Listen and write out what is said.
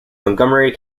montgomery